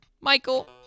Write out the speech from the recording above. Michael